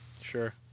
Sure